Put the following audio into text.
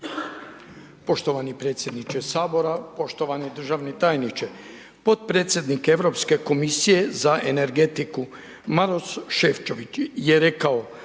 Poštovani predsjedniče Sabora, poštovani državni tajniče. Potpredsjednik Europske komisije za energetiku Maroš Šefčovič je rekao